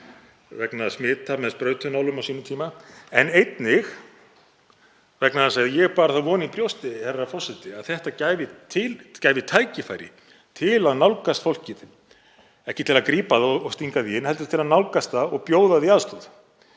vegna smita með sprautunálum á sínum tíma, en einnig vegna þess að ég bar þá von í brjósti, herra forseti, að þetta gæfi tækifæri til að nálgast fólkið, ekki til að grípa það og stinga því inn, heldur til að nálgast það og bjóða því aðstoð.